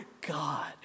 God